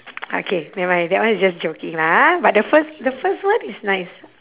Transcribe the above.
okay never mind that one is just joking lah ha but the first the first one is nice